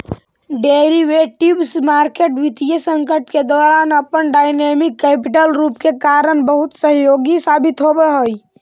derivatives market वित्तीय संकट के दौरान अपन डायनेमिक कैपिटल रूप के कारण बहुत सहयोगी साबित होवऽ हइ